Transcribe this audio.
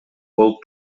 болуп